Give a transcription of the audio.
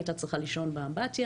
היא הייתה צריכה לישון באמבטיה.